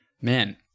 Man